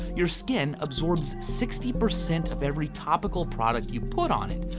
your skin absorbs sixty percent of every topical product you put on it.